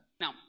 Now